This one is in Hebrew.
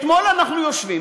אתמול אנחנו יושבים,